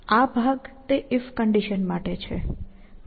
આ ભાગ તે if કન્ડિશન માટે છે